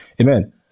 Amen